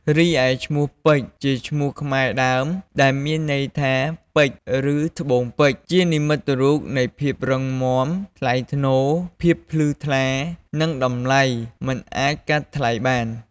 រីឯឈ្មោះពេជ្រ ជាឈ្មោះខ្មែរដើម ដែលមានន័យថា ពេជ្រ ឬ ត្បូងពេជ្រ ជានិមិត្តរូបនៃភាពរឹងមាំ ថ្លៃថ្នូរ ភាពភ្លឺថ្លា និងតម្លៃមិនអាចកាត់ថ្លៃបាន។